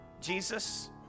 Jesus